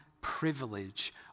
privilege